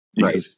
Right